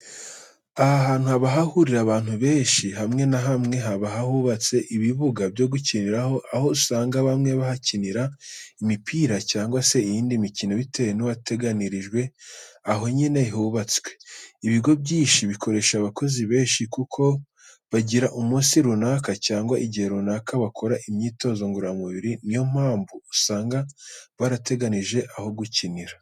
Ahantu haba hahurira abantu benshi, hamwe na hamwe haba hubatse ibibuga byo gukiniramo, aho usanga bamwe bahakinira imipira cyangwa se iyindi mikino bitewe n'uwateganirijwe aho nyine hubatswe. Ibigo byinshi bikoresha abakozi benshi kuko bagira umunsi runaka cyangwa igihe runaka bakora imyitozo ngororamubiri ni yo mpamvu usanga barateganije aho gukinira.